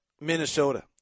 Minnesota